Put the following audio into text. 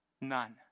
None